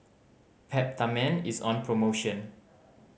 Peptamen is on promotion